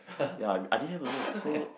ya I didn't have also so